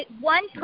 one